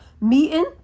meeting